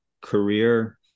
career